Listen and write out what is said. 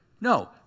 No